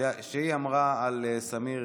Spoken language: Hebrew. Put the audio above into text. שאמרה על סמיר